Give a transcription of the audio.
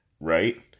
Right